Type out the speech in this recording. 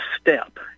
step